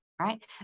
right